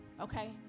Okay